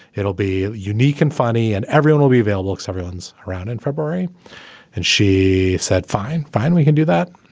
it'll be unique and funny and everyone will be available. so everyone's around in february and she said, fine, fine, we can do that.